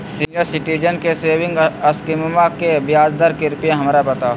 senior citizen के saving स्कीमवा के ब्याज दर कृपया हमरा बताहो